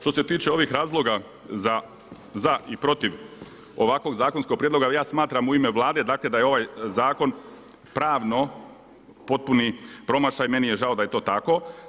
Što se tiče ovih razloga za „za i protiv“ ovakvog zakonskog prijedloga, evo ja smatram u ime Vlade dakle da je ovaj zakon pravno potpuni promašaj, meni je žao da je to tako.